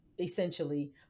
essentially